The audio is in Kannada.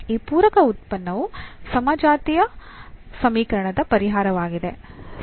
ಈ ಪೂರಕ ಉತ್ಪನ್ನವು ಸಮಜಾತೀಯ ಸಮೀಕರಣದ ಪರಿಹಾರವಾಗಿದೆ